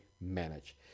manage